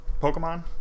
Pokemon